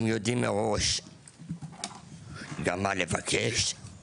הם יודעים מראש גם מה לבקש.